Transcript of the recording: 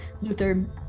Luther